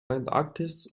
antarktis